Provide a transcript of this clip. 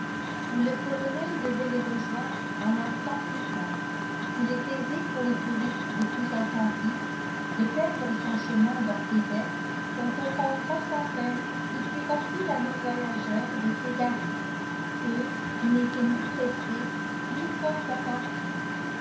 où le colonel devait les rejoindre un instant plus tard s'il est aisé pour le touriste le plus attentif de perdre son chemin dans québec on comprendra sans peine qu'il fut facile à nos voyageurs de s'égarer eux qui n'étaient ni pressés ni fort attentifs